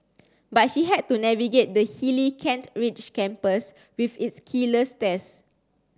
but she had to navigate the hilly Kent Ridge campus with its killer stairs